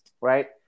right